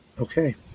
okay